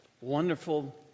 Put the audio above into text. wonderful